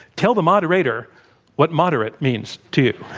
tell the moderator what moderate means to you.